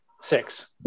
Six